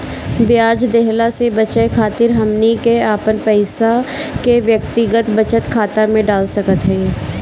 ब्याज देहला से बचे खातिर हमनी के अपन पईसा के व्यक्तिगत बचत खाता में डाल सकत हई